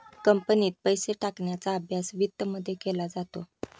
कंपनीत पैसे टाकण्याचा अभ्यास वित्तमध्ये केला जातो